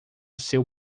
seu